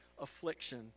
affliction